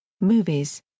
Movies